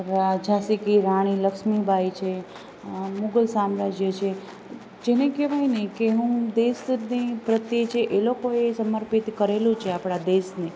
ઝાંસી કી રાણી લક્ષ્મીબાઈ છે મુગલ સામ્રાજ્ય છે જેને કેવાયને કે હું દેશને પ્રત્યે જે એ લોકોએ સમર્પિત કરેલું છે આપણા દેશને